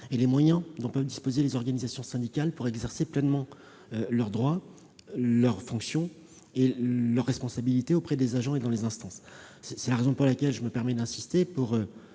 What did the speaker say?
et les moyens dont peuvent disposer les organisations syndicales pour exercer pleinement leurs droits, leurs fonctions et leurs responsabilités auprès des agents et dans les instances. C'est la raison pour laquelle je me permets d'insister pour